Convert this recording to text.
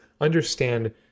understand